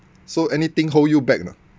so anything hold you back or not